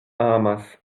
amas